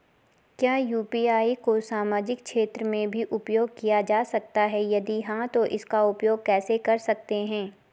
क्या यु.पी.आई को सामाजिक क्षेत्र में भी उपयोग किया जा सकता है यदि हाँ तो इसका उपयोग कैसे कर सकते हैं?